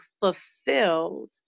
fulfilled